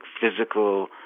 physical